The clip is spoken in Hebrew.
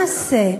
מה זה?